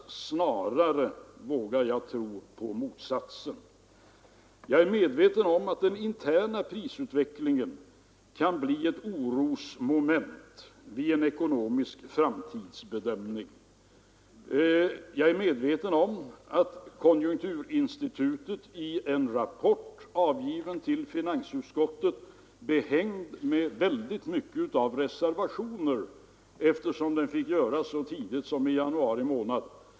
Snarare vågar jag tro på motsatsen. Jag är medveten om att den interna prisutvecklingen kan bli ett orosmoment vid en ekonomisk framtidsbedömning. Jag är också medveten om att konjunkturinstitutet avgivit en rapport till finansutskottet, behängd med många reservationer — eftersom den fick göras så tidigt som i januari månad.